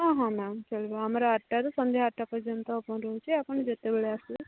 ହଁ ହଁ ମ୍ୟାମ୍ ଚଳିବ ଆମର ଆଠଟାରୁ ସନ୍ଧ୍ୟା ଆଠଟା ପର୍ଯ୍ୟନ୍ତ ଓପନ୍ ରହୁଛି ଆପଣ ଯେତେବେଳେ ଆସିବେ